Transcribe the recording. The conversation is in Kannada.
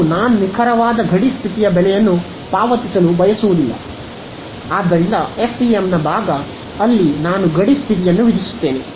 ಮತ್ತು ನಾನು ನಿಖರವಾದ ಗಡಿ ಸ್ಥಿತಿಯ ಬೆಲೆಯನ್ನು ಪಾವತಿಸಲು ಬಯಸುವುದಿಲ್ಲ ಆದ್ದರಿಂದ FEM ನ ಭಾಗ ಅಲ್ಲಿ ನಾನು ಗಡಿ ಸ್ಥಿತಿಯನ್ನು ವಿಧಿಸುತ್ತೇನೆ